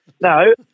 no